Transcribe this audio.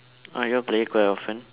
orh y'all play quite often